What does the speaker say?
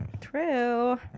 True